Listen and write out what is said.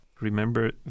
remember